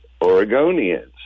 Oregonians